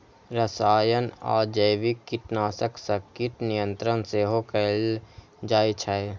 रसायन आ जैविक कीटनाशक सं कीट नियंत्रण सेहो कैल जाइ छै